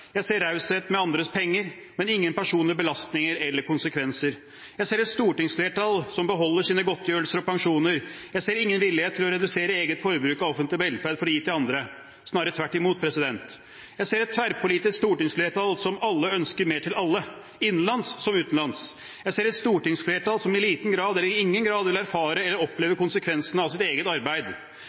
Jeg ser raushet med andres penger, men ingen personlige belastninger eller konsekvenser. Jeg ser et stortingsflertall som beholder sine godtgjørelser og pensjoner. Jeg ser ingen villighet til å redusere eget forbruk og offentlig velferd for å gi til andre – snarere tvert imot. Jeg ser et tverrpolitisk stortingsflertall som alle ønsker mer til alle, innenlands som utenlands. Jeg ser et stortingsflertall som i liten eller ingen grad vil erfare eller oppleve konsekvensene av sitt eget arbeid.